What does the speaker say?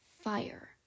Fire